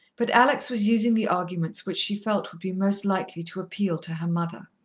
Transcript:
but alex was using the arguments which she felt would be most likely to appeal to her mother.